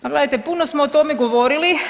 Pa gledajte, puno smo o tome govorili.